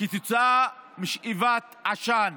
כתוצאה משאיפת עשן